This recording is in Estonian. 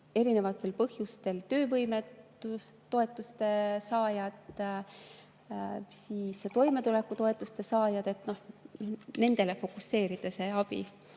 erinevatel põhjustel töövõimetoetuste saajad, toimetulekutoetuste saajad. Nendele tuleb fokuseerida see abi